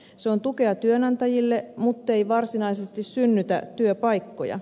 se on tukea työnantajille muttei varsinaisesti synnytä työpaikkoja